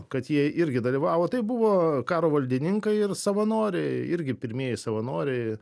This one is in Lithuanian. kad jie irgi dalyvavo tai buvo karo valdininkai ir savanoriai irgi pirmieji savanoriai